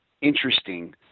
interesting